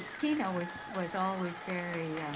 teno was was always very